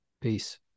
Peace